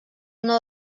una